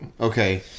okay